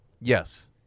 Yes